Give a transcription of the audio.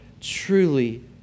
truly